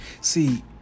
See